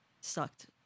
sucked